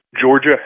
Georgia